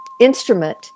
instrument